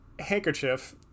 handkerchief